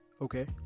Okay